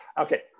Okay